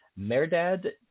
Merdad